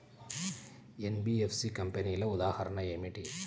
NBFC కంపెనీల ఉదాహరణ ఏమిటి?